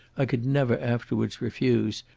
i could never afterwards refuse,